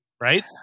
right